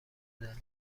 دلیل